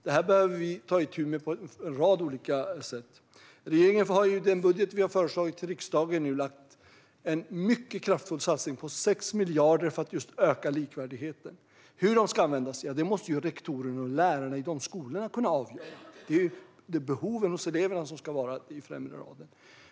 Detta behöver vi ta itu med på en rad olika sätt. Den budget regeringen har föreslagit för riksdagen innehåller en mycket kraftfull satsning på 6 miljarder just för att öka likvärdigheten. Hur dessa medel ska användas måste rektorer och lärare ute i skolorna kunna avgöra. Det är elevernas behov som ska komma främst.